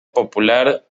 popular